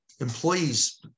employees